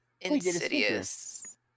Insidious